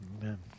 Amen